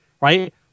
right